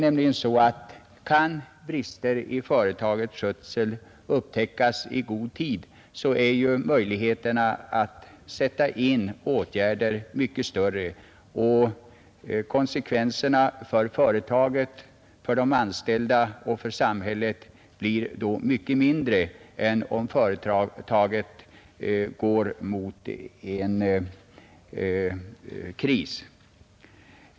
Om brister i ett företags skötsel kan uppdagas i god tid, så är nämligen möjligheterna att sätta in åtgärder mycket större, och konsekvenserna för företaget, de anställda och samhället blir då mycket mindre än om företaget går mot en kris.